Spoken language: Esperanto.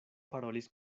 parolis